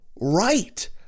right